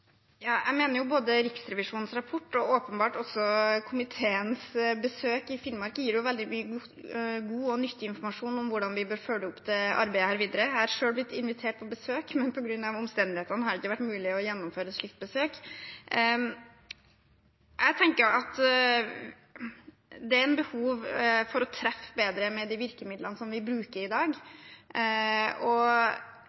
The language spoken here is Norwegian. Ja, jeg mener både Riksrevisjonens rapport og åpenbart også komiteens besøk i Finnmark gir veldig mye god og nyttig informasjon om hvordan vi bør følge opp dette arbeidet videre. Jeg har selv blitt invitert på besøk, men på grunn av omstendighetene har det ikke vært mulig å gjennomføre et slikt besøk. Jeg tenker at det er et behov for å treffe bedre med de virkemidlene vi bruker i dag,